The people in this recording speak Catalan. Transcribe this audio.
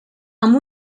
amb